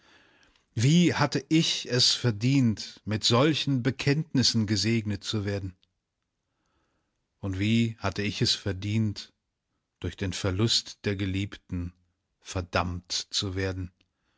wie hatte ich es verdient mit solchen bekenntnissen gesegnet zu werden und wie hatte ich es verdient durch den verlust der geliebten verdammt zu werden